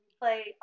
play